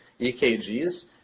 EKGs